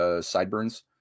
sideburns